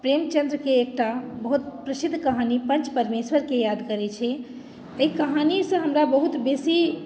प्रेमचन्द्रके एकटा बहुत प्रसिद्ध कहानी पञ्च परमेश्वरकेँ याद करैत छी एहि कहानीसँ हमरा बहुत बेसी